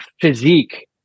physique